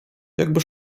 jakby